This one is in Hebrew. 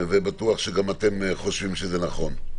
אני בטוח שגם אתם חושבים שזה נכון.